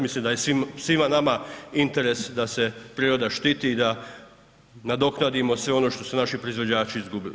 Mislim da je svima nama interes da se priroda štiti i da nadoknadimo sve ono što su naši proizvođači izgubili.